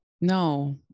no